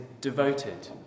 devoted